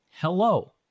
Hello